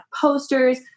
posters